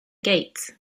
gates